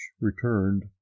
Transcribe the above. returned